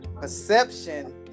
Perception